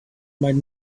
might